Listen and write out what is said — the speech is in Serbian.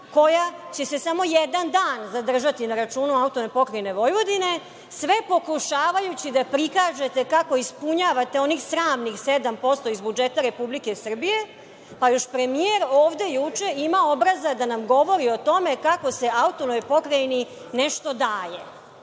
koja će se samo jedan dan zadržati na računu AP Vojvodine, sve pokušavajući da prikažete kako ispunjavate onih sramnih 7% iz budžeta Republike Srbije, a još premijer ovde juče ima obraza da nam govori o tome kako se Autonomnoj pokrajini nešto daje.